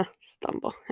Stumble